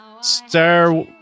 Star